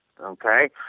okay